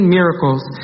miracles